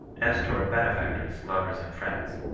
as toward benefactors, lovers and friends.